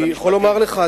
אני יכול לומר לך,